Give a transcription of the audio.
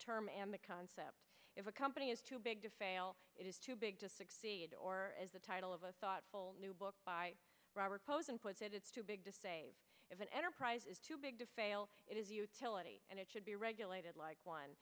term and the concept if a company is too big to fail it is too big to succeed or as the title of us thoughtful new book by robert posen puts it it's too big to save if an enterprise is too big to fail it is utility and it should be regulated like one